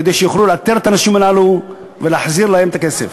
כדי שיוכלו לאתר את האנשים הללו ולהחזיר להם את הכסף.